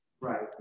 Right